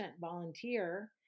volunteer